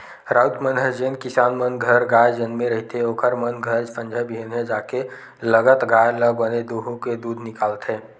राउत मन ह जेन किसान मन घर गाय जनमे रहिथे ओखर मन घर संझा बिहनियां जाके लगत गाय ल बने दूहूँके दूद निकालथे